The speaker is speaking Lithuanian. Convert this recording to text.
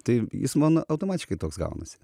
tai jis man automatiškai toks gaunasi